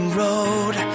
road